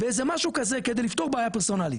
באיזה משהו כזה כדי לפתור בעיה פרסונלית,